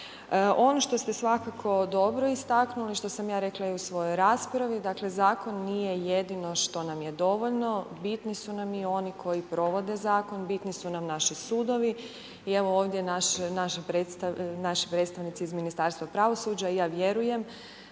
Ono što ste svakako dobro istaknuli, što sam ja rekla i u svojoj raspravi, dakle Zakon nije jedino što nam je dovoljno, bitni su nam i oni koji provode Zakon, bitni su nam naši sudovi i evo ovdje naši predstavnici iz Ministarstva pravosuđa i ja vjerujem